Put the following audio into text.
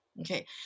Okay